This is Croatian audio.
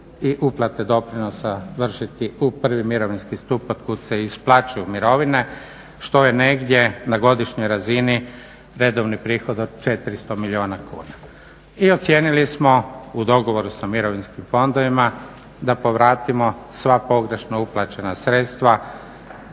i uplate doprinosa vršiti u prvi mirovinski stup otkud se i isplaćuju mirovine, što je negdje na godišnjoj razini redovni prihod od 400 milijuna kuna. I ocijenili smo, u dogovoru sa mirovinskim fondovima, da povratimo sva pogrešno uplaćena sredstva